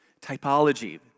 Typology